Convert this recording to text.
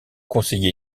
conseiller